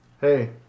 Hey